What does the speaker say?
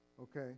Okay